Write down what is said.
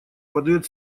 подает